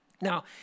Now